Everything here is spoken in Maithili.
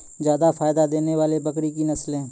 जादा फायदा देने वाले बकरी की नसले?